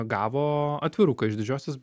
gavo atviruką iš didžiosios